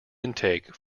intake